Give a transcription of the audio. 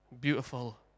beautiful